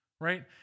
right